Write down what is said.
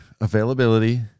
availability